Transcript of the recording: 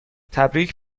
تبریک